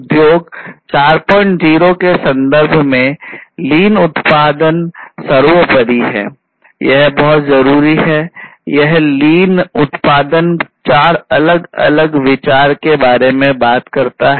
उद्योग 40 के संदर्भ में लीन उत्पादन चार अलग अलग विचार के बारे में बात करता है